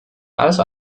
also